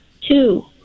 Two